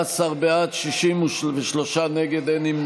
קיבלתם בשביל זה עוד פעם ועוד פעם אישור